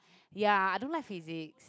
ya I don't like physics